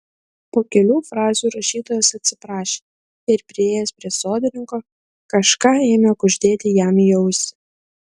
po kelių frazių rašytojas atsiprašė ir priėjęs prie sodininko kažką ėmė kuždėti jam į ausį